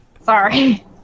Sorry